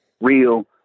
real